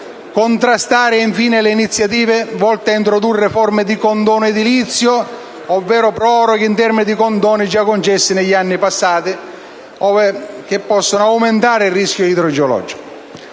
contrastare iniziative legislative volte ad introdurre forme di condono edilizio, ovvero la proroga di termini per condoni già concessi negli anni passati, ove possano aumentare il rischio idrogeologico;